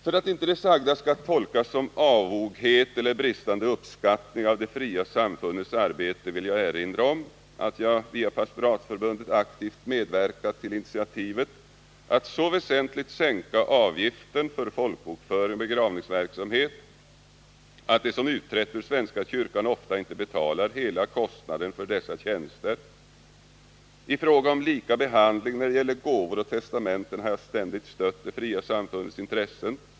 För att inte det sagda skall tolkas som avoghet eller bristande uppskattning av de fria samfundens arbete vill jag erinra om att jag via Pastoratsförbundet aktivt medverkat till initiativet att så väsentligt sänka avgiften för folkbokföring och begravningsverksamhet att de som utträtt ur svenska kyrkan ofta inte betalar hela kostnaden för dessa tjänster. I fråga om lika behandling när det gäller gåvor och testamenten har jag ständigt stött de fria samfundens intressen.